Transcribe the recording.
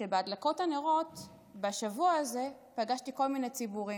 בהדלקת הנרות בשבוע הזה פגשתי כל מיני ציבורים,